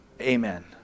Amen